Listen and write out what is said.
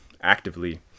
actively